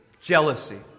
jealousy